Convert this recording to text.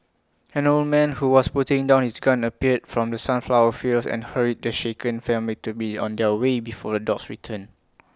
an old man who was putting down his gun appeared from the sunflower fields and hurried the shaken family to be on their way before the dogs return